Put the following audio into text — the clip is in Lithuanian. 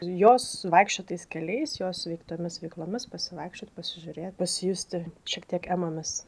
jos vaikščiotais keliais jos veiktomis veiklomis pasivaikščiot pasižiūrėt pasijusti šiek tiek emomis